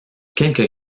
quelques